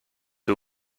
who